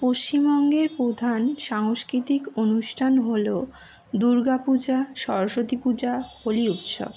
পশ্চিমবঙ্গের প্রধান সাংস্কৃতিক অনুষ্ঠান হলো দুর্গা পূজা সরস্বতী পূজা হোলি উৎসব